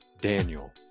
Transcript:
Daniel